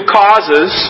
causes